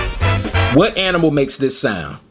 what animal makes this sound?